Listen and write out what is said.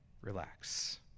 Relax